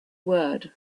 word